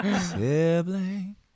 Sibling